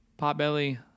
Potbelly